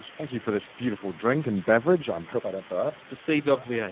thank you for this beautiful drink and beverage. i'm hope i don't throw up. to seadog va. yeah